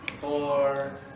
four